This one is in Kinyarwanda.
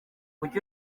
kuki